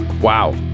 Wow